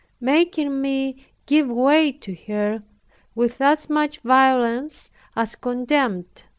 making me give way to her with as much violence as contempt,